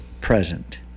present